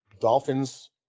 Dolphins